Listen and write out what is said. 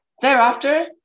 Thereafter